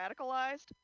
radicalized